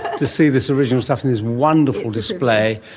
to see this original stuff, and this wonderful display,